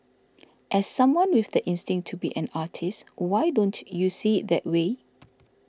as someone with the instinct to be an artist why don't you see it that way